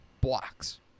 Blocks